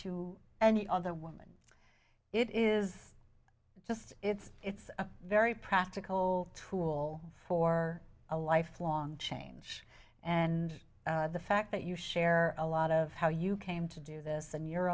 to any other woman it is just it's a very practical tool for a lifelong change and the fact that you share a lot of how you came to do this and your